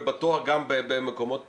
ובטוח גם במקומות פתוחים,